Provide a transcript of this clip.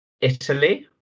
italy